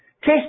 Test